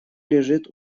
лежит